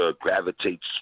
gravitates